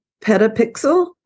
Petapixel